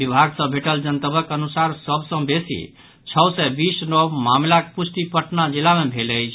विभाग सँ भेटल जनतबक अनुसार सभ सँ बेसी छओ सय बीस नव मामिलाक पुष्टि पटना जिला मे भेल अछि